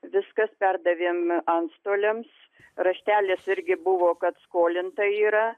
viskas perdavėm antstoliams raštelis irgi buvo kad skolinta yra